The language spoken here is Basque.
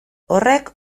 horrek